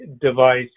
device